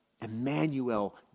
Emmanuel